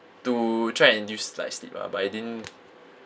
to try and induce like sleep lah but it didn't